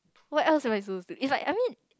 what else am I do is like I mean